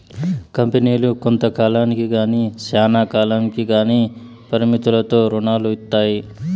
కంపెనీలు కొంత కాలానికి గానీ శ్యానా కాలంకి గానీ పరిమితులతో రుణాలు ఇత్తాయి